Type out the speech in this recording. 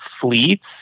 fleets